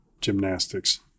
gymnastics